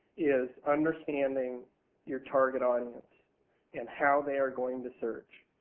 is understanding your target audience and how theyire going to search.